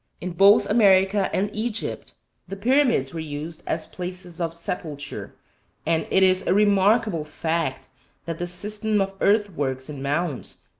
in both america and egypt the pyramids were used as places of sepulture and it is a remarkable fact that the system of earthworks and mounds,